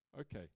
Okay